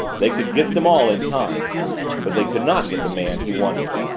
they could get them all in time but they could not get the man he wanted.